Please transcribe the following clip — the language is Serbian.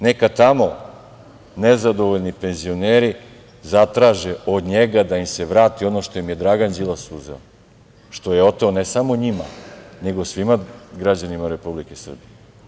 Neka tamo nezadovoljni penzioneri zatraže od njega da im se vrati ono što im je Dragan Đilas uzeo, što im je oteo, ne samo njima, nego svima građanima Republike Srbije.